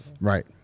Right